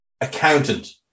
Accountant